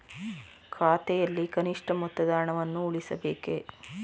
ಖಾತೆಯಲ್ಲಿ ಕನಿಷ್ಠ ಮೊತ್ತದ ಹಣವನ್ನು ಉಳಿಸಬೇಕೇ?